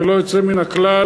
ללא יוצא מן הכלל,